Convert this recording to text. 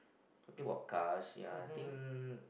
talking about cars ya I think